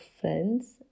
friends